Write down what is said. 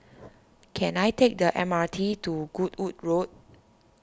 can I take the M R T to Goodwood Road